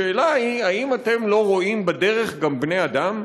השאלה היא, האם אתם לא רואים בדרך גם בני אדם?